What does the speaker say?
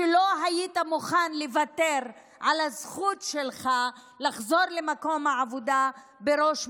שלא היית מוכן לוותר על הזכות שלך לחזור למקום העבודה בראש מורם.